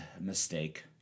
mistake